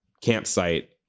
campsite